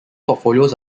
portfolios